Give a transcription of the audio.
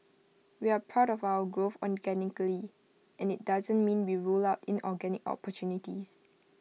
we're proud of our growth organically and IT doesn't mean we rule out inorganic opportunities